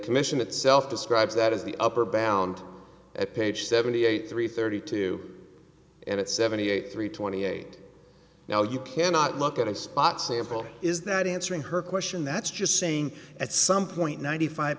commission itself describes that as the upper bound at page seventy eight three thirty two and at seventy eight three twenty eight now you cannot look at a spot sample is that answering her question that's just saying at some point ninety five